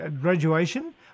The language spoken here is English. graduation